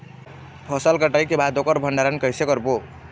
फसल कटाई के बाद ओकर भंडारण कइसे करबो?